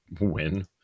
win